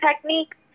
techniques